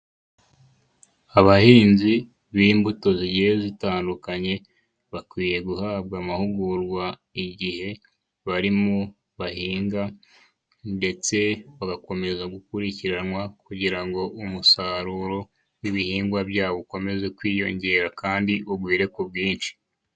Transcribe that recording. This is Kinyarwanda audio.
Abahinzi b'imbuto zigiye zitandukanye bakwiye guhabwa amahugurwa igihe barimo bahinga ndetse bagakomeza gukurikiranwa kugira ngo umusaruro w'ibihingwa byabo ukomeze kwiyongera kandi ugwire kandi ku bwinshi.